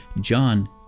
John